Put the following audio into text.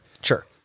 Sure